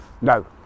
No